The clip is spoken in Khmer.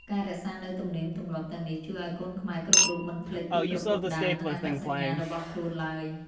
ការរក្សានូវទំនៀមទម្លាប់ទាំងនេះជួយឱ្យកូនខ្មែរគ្រប់រូបមិនភ្លេចពីប្រភពដើម និងអត្តសញ្ញាណរបស់ខ្លួនឡើយ។